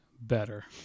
better